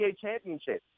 championship